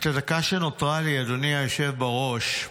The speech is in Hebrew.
את הדקה שנותרה לי, אדוני היושב בראש,